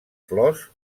flors